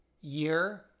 year